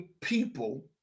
people